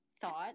thought